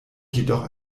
jedoch